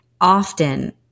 often